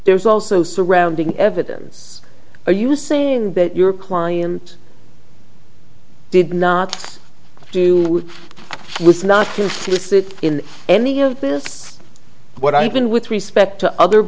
there's also surrounding evidence are you saying that your client did not do was not listed in any of this what i've been with respect to other